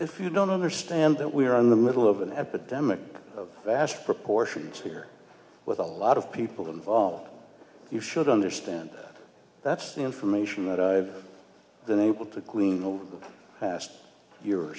if you don't understand that we are in the middle of an epidemic of vast proportion here with a lot of people involved you should understand that's the information that i've been able to glean the past year or